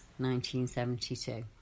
1972